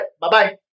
Bye-bye